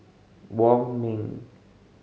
Wong Ming